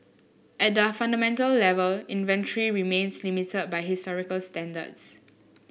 at the fundamental level inventory remains limited by historical standards